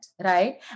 right